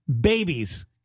Babies